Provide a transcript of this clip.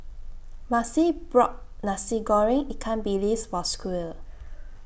Maci bought Nasi Goreng Ikan Bilis For Squire